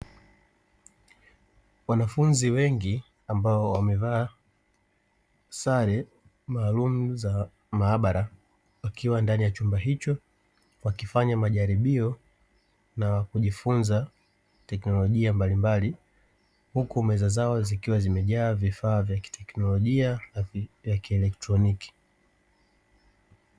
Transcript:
Wanafunzi wengi ambao wamevaa sare maalumu za maabara, wakiwa ndani ya chumba hicho wakifanya majaribio na kujifunza tekinolojia mbalimbali, huku meza zao zikiwa zimejaa vifaa vya kitekinolojia na kielektroniki.